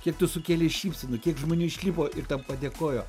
kiek tu sukėlei šypsenų kiek žmonių išlipo ir tau padėkojo